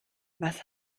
was